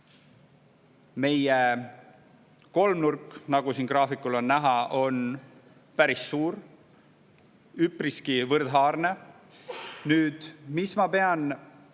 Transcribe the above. Meie kolmnurk on, nagu siin graafikul on näha, päris suur, üpriski võrdhaarne. Nüüd, mis ma pean